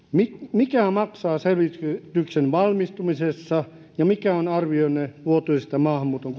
mikä maksaa selvityksen valmistumisessa ja mikä on arvionne vuotuisista maahanmuuton